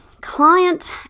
client